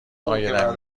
عایدم